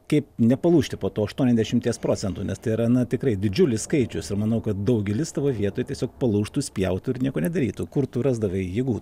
kaip nepalūžti po tų aštuoniasdešimties procentų nes tai yra na tikrai didžiulis skaičius ir manau kad daugelis tavo vietoj tiesiog palūžtų spjautų ir nieko nedarytų kur tu rasdavai jėgų